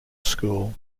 school